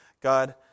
God